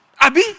Abi